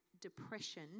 depression